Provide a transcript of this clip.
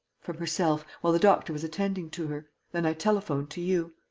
from herself, while the doctor was attending to her. then i telephoned to you.